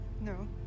No